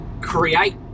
create